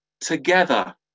together